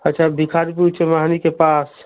अच्छा बिकाजीपुर चोमहरी के पास